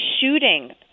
shooting